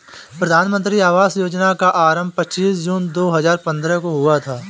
प्रधानमन्त्री आवास योजना का आरम्भ पच्चीस जून दो हजार पन्द्रह को हुआ था